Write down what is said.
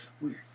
Weird